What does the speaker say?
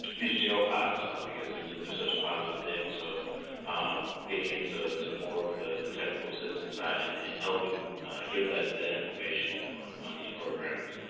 these jail pods because they're they're such a positive thing. so getting into some more of the the technical assistance side and and helping give that that information on on these programs.